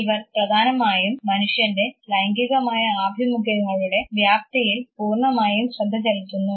ഇവർ പ്രധാനമായും മനുഷ്യൻറെ ലൈംഗികമായ ആഭിമുഖ്യങ്ങളുടെ വ്യാപ്തിയിൽ പൂർണ്ണമായും ശ്രദ്ധചെലുത്തുന്നു